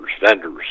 vendors